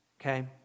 okay